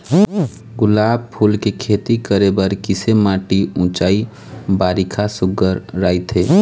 गुलाब फूल के खेती करे बर किसे माटी ऊंचाई बारिखा सुघ्घर राइथे?